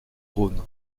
rhône